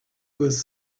was